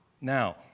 now